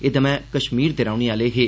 एह् दवै कश्मीर दे रौह्ने आह्ले हे